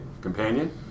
companion